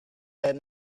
had